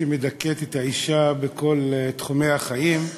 שמדכאת את האישה בכל תחומי החיים,